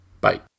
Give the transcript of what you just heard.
bye